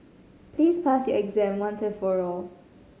please pass your exam once and for all